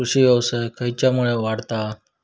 कृषीव्यवसाय खेच्यामुळे वाढता हा?